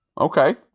Okay